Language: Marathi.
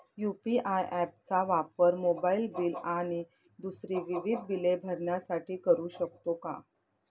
यू.पी.आय ॲप चा वापर मोबाईलबिल आणि दुसरी विविध बिले भरण्यासाठी करू शकतो का?